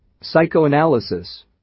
Psychoanalysis